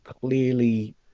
clearly